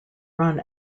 run